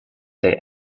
they